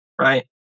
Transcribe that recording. right